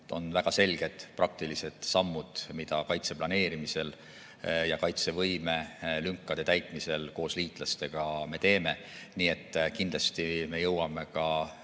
väga selged praktilised sammud, mida me kaitse planeerimisel ja kaitsevõimelünkade täitmisel koos liitlastega teeme. Nii et kindlasti jõuame ka